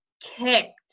kicked